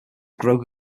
grow